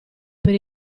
per